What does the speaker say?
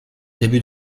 début